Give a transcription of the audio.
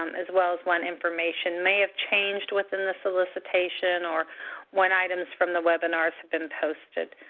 um as well as when information may have changed within the solicitation or when items from the webinars have been posted.